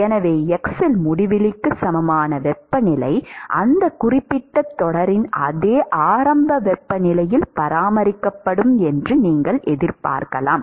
எனவே x இல் முடிவிலிக்கு சமமான வெப்பநிலை அந்த குறிப்பிட்ட தொடரின் அதே ஆரம்ப வெப்பநிலையில் பராமரிக்கப்படும் என்று நீங்கள் எதிர்பார்க்கலாம்